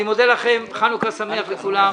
אני מודה לכם, חנוכה שמח לכולם,